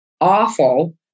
awful